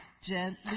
GENTLY